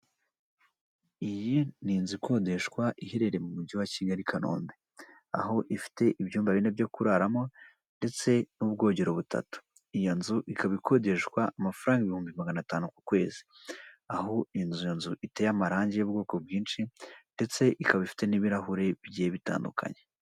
Iyi ni inzu ikodeshwa iherereye mu mujyi wa Kigali i Kanombe, aho ifite ibyumba bine byo kuraramo ndetse n’ubwogero butatu. Iyo nzu ikaba ikodeshwa amafaranga ibihumbi magana atanu ku kwezi, aho inzu iiteye amarangi y’ubwoko bwinshi ndetse ikaba ifite n’ibirahure bigiye bitandukanye.